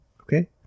Okay